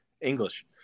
English